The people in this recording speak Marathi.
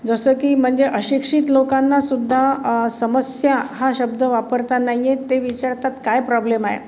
जसं की म्हणजे अशिक्षित लोकांनासुद्धा समस्या हा शब्द वापरता नाही येत ते विचारतात काय प्रॉब्लेम आहे